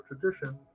tradition